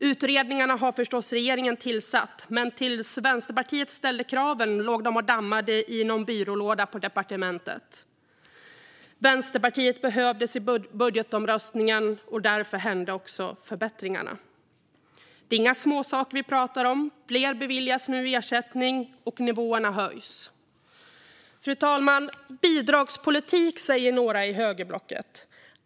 Utredningarna har förstås regeringen tillsatt, men fram till det att Vänsterpartiet ställde kraven låg de och dammade i någon byrålåda på departementet. Vänsterpartiet behövdes i budgetomröstningen, och därför skedde också förbättringarna. Det är inga småsaker vi pratar om. Fler beviljas nu ersättning, och nivåerna höjs. Fru talman! Bidragspolitik, säger några i högerblocket.